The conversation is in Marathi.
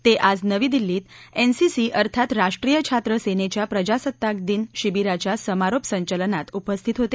ते आज नवी दिल्लीत एनसीसी अर्थात राष्ट्रीय छात्र सेनेच्या प्रजासत्ताक दिन शिबिराच्या समारोप संचलनात उपस्थित होते